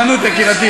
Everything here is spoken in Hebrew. לא לא, אל תדאגי.